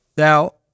Now